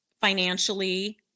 financially